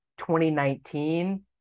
2019